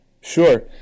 Sure